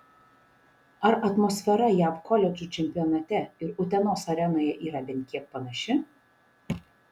ar atmosfera jav koledžų čempionate ir utenos arenoje yra bent kiek panaši